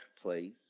place